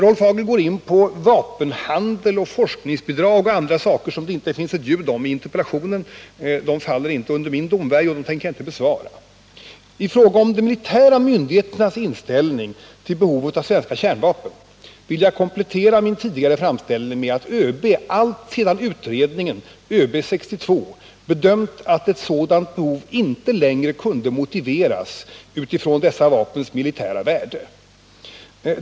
Rolf Hagel går in på vapenhandel, forskningsbidrag och en rad andra frågor som det inte finns ett ord om i interpellationen. Det faller inte under min domvärjo, och jag tänker inte besvara dem. I fråga om de militära myndigheternas inställning till behovet av svenska kärnvapen vill jag komplettera min tidigare framställning med att ÖB alltsedan utredningen ÖB 62 bedömt att ett sådant behov inte längre kunde motiveras utifrån detta vapens militära värde.